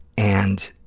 and